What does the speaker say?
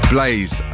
Blaze